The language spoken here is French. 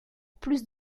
plus